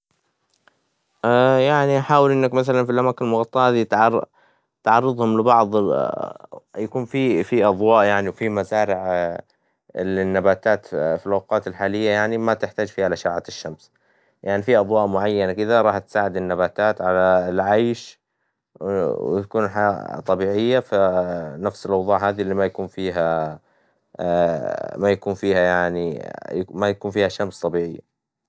يعنى حاول إنك مثلاً ف الأماكن المغطاه تغرظهم لبعظ يكون فى أظواء يعنى وفى مزارع اللى النباتات الحالية ما تحتاج فيها لآشعة الشمس ، يعنى فى أظواء معينة كدة راح تساعد النباتات على العيش ، وتكون الحياة طبيعية فنفس الأوظاع هذى اللى ما يكون فيها ما يكون فيها يعنى ما يكون فيها شمس طبيعية.